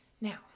Now